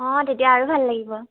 অঁ তেতিয়া আৰু ভাল লাগিব